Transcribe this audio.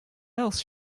else